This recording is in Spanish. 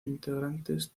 integrantes